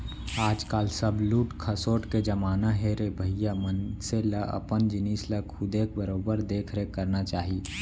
आज काल सब लूट खसोट के जमाना हे रे भइया मनसे ल अपन जिनिस ल खुदे बरोबर देख रेख करना चाही